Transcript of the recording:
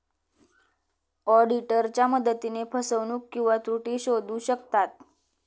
ऑडिटरच्या मदतीने फसवणूक किंवा त्रुटी शोधू शकतात